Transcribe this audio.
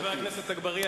חבר הכנסת אגבאריה,